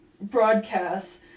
broadcast